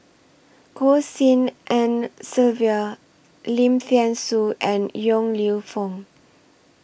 Goh Tshin En Sylvia Lim Thean Soo and Yong Lew Foong